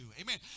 Amen